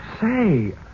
Say